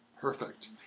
perfect